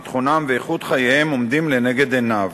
ביטחונם ואיכות חייהם עומדים לנגד עיניו.